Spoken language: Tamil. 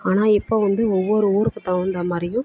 ஆனால் இப்போ வந்து ஒவ்வொரு ஊருக்குத் தகுந்த மாதிரியும்